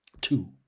two